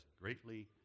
greatly